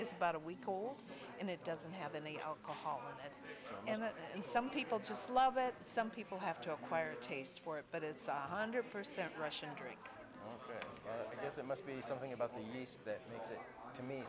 is about a week old and it doesn't have any alcohol in it and some people just love it some people have to acquire a taste for it but it's a hundred percent russian drink this it must be something about the